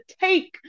take